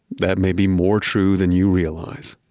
that may be more true than you realize